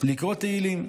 לקרוא תהילים,